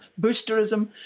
boosterism